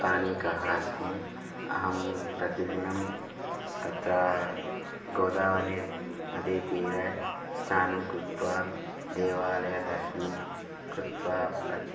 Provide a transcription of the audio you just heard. स्थानिकः अस्मि अहं प्रतिदिनं तत्र गोदावरी नदीतीरे स्नानं कृत्वा देवालयदर्शनं कृत्वा तत्